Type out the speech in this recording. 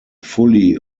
fully